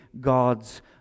God's